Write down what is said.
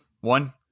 One